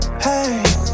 Hey